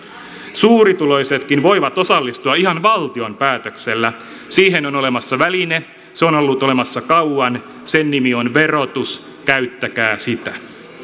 suurituloisetkin voivat osallistua ihan valtion päätöksellä siihen on olemassa väline se on ollut olemassa kauan sen nimi on verotus käyttäkää sitä